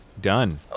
Done